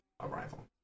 arrival